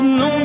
no